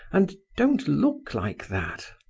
and don't look like that!